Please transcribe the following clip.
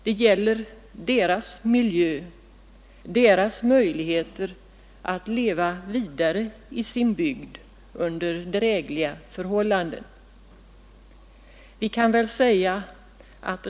Det gäller deras miljö, deras möjligheter att leva vidare i sin bygd under drägliga förhållanden.